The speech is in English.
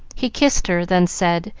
he kissed her, then said,